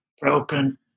broken